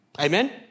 Amen